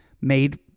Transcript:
made